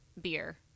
beer